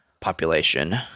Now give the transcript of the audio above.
population